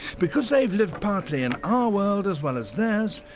because they've lived partly in our world as well as theirs,